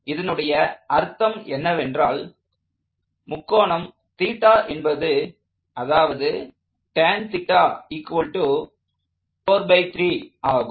இதனுடைய அர்த்தம் என்னவென்றால் கோணம் 𝜭 என்பது அதாவது tan 𝜭 43ஆகும்